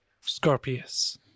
Scorpius